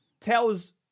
tells